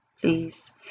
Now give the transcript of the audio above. please